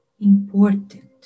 important